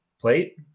plate